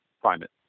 climate